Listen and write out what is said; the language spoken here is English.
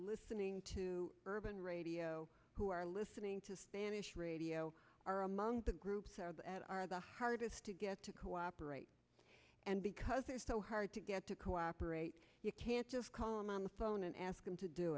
listening to urban radio who are listening to spanish radio are among the groups that are the hardest to get to cooperate and because they're so hard to get to cooperate you can't just call them on the phone and ask them to do